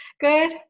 Good